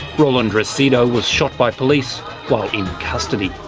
roland resido was shot by police while in custody.